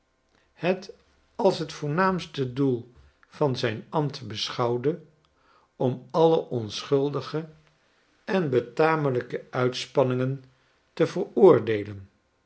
het als t voornaamste doel van van zijn ambt beschouwde om alle onschuldige en betamelijke uitspanningen te veroordeelen